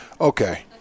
okay